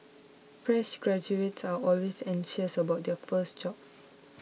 fresh graduates are always anxious about their first job